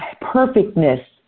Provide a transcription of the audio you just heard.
perfectness